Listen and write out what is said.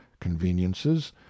conveniences